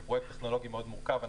זה פרויקט טכנולוגי מאוד מורכב.